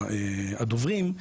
הדוברים,